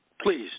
Please